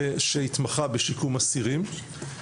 שהתמחה בשיקום אסירים.